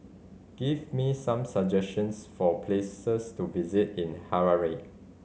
give me some suggestions for places to visit in Harare